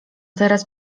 teraz